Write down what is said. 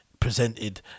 presented